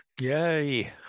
Yay